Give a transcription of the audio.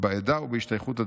בעדה ובהשתייכות הדתית.